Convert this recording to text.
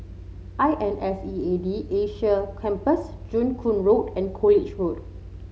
I N S E A D Asia Campus Joo Koon Road and College Road